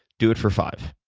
do it for five.